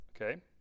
Okay